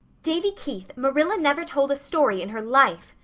davy keith, marilla never told a story in her life,